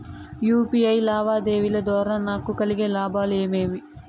UPI లావాదేవీల ద్వారా నాకు కలిగే లాభాలు ఏమేమీ?